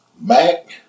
Mac